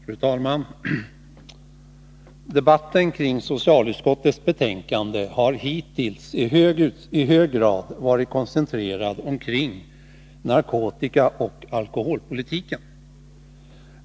Fru talman! Debatten kring socialutskottets betänkande har hittills i hög grad varit koncentrerad kring narkotikaoch alkoholpolitiken.